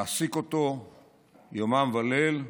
מעסיק אותו יומם וליל.